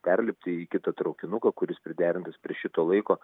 perlipti į kitą traukinuką kuris priderintas prie šito laiko